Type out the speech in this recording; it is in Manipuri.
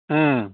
ꯎꯝ